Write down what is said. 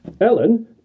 Ellen